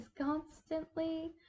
constantly